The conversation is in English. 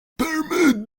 permute